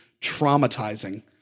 traumatizing